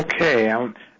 Okay